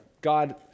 God